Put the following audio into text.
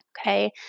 Okay